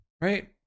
right